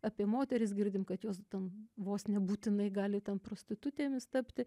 apie moteris girdim kad jos ten vos ne būtinai gali ten prostitutėmis tapti